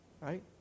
Right